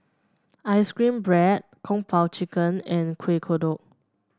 ice cream bread Kung Po Chicken and Kueh Kodok